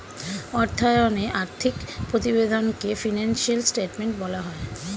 অর্থায়নে আর্থিক প্রতিবেদনকে ফিনান্সিয়াল স্টেটমেন্ট বলা হয়